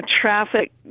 traffic